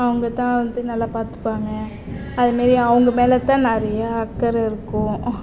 அவங்கதான் வந்து நல்லா பார்த்துப்பாங்க அது மாதிரி அவங்க மேலேதான் நிறையா அக்கறை இருக்கும்